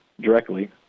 directly